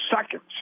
seconds